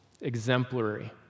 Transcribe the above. Exemplary